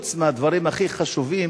חוץ מהדברים הכי חשובים